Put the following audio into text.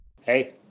Hey